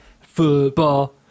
Football